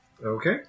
Okay